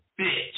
bitch